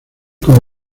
como